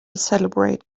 celebrate